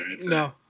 No